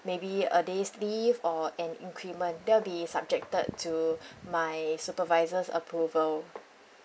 maybe a day's leave or an increment that'll be subjected to my supervisor's approval